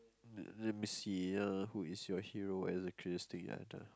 let let me see uh who is your hero exactly